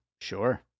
Sure